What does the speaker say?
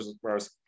whereas